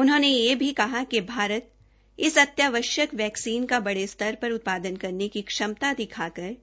उन्होंने यह भी कहा कि भारत इस अत्यावश्यक वैक्सीन का बड़े स्तर पर उत्पादन करने के क्षमता दिखाकर